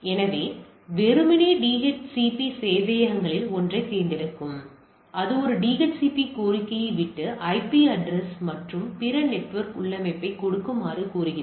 எனவே வெறுமனே DHCP சேவையகங்களில் ஒன்றைத் தேர்ந்தெடுக்கும் அது ஒரு DHCP கோரிக்கையை விட்டு ஐபி அட்ரஸ் மற்றும் பிற நெட்வொர்க் உள்ளமைவைக் கொடுக்குமாறு கோருகிறது